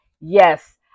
Yes